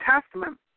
Testament